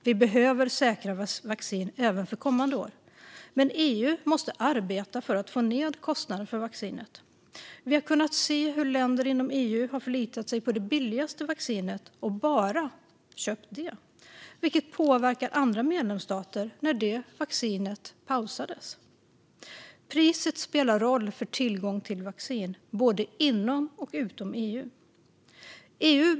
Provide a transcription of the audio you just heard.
Vi behöver säkra vaccin även för kommande år. Men EU måste arbeta för att få ned kostnaden för vaccinet. Vi har kunnat se hur länder inom EU förlitat sig på det billigaste vaccinet och bara köpt det, vilket påverkat andra medlemsstater när det vaccinet pausats. Priset spelar roll för tillgången till vaccin, både inom och utom EU.